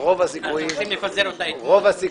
אנחנו רוצים לפזר אותה אתמול.